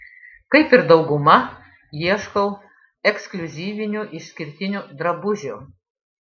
kaip ir dauguma ieškau ekskliuzyvinių išskirtinių drabužių